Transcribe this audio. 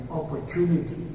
opportunity